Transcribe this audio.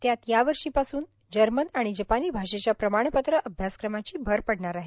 त्यात यावर्षीपासून जर्मन आणि जपानी भाषेच्या प्रमाणपत्र अभ्यासक्रमाची भर पडणार आहे